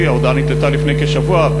ההודעה נתלתה לפני כשבוע,